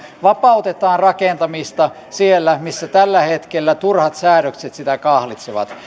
vapautetaan rakentamista siellä missä tällä hetkellä turhat säädökset sitä kahlitsevat